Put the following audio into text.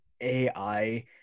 AI